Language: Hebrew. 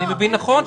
אני מבין --- לא,